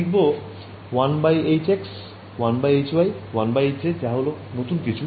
এবার আমি কিছু লিখব যেমন 1hx 1hy 1hz যা হল নতুন কিছু